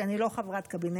כי אני לא חברת קבינט,